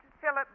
Philip